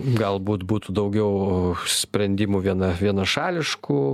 galbūt būtų daugiau sprendimų viena vienašališkų